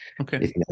okay